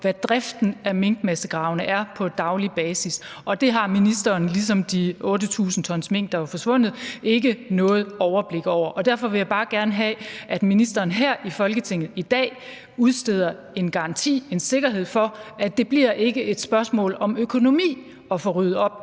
hvad driften af minkmassegravene er på daglig basis, og det har ministeren – ligesom med de 8.000 t mink, der var forsvundet – ikke noget overblik over. Derfor vil jeg bare gerne have, at ministeren her i Folketinget i dag udsteder en garanti og en sikkerhed for, at det ikke bliver et spørgsmål om økonomi at få ryddet op